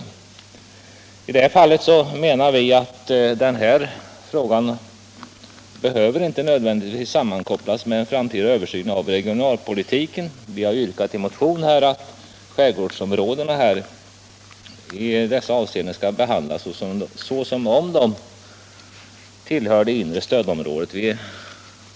I detta fall anser vi att frågan inte nödvändigtvis behöver sammankopplas med en framtida översyn av regionalpolitiken. Vi har i en motion yrkat att skärgårdsområdena i dessa avseenden skall behandlas som om de tillhör det inre stödområdet.